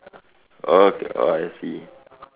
okay oh I see